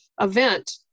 event